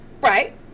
Right